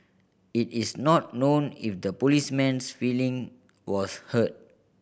it is not known if the policeman's feeling was hurt